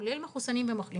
זה כולל גם מחוסנים ומחלימים,